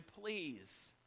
please